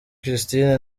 christine